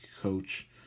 coach